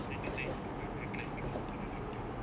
then the tiny people were climbing onto the